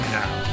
now